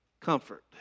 comfort